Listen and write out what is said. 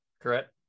correct